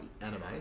anime